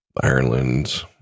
Ireland